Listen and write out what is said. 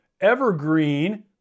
evergreen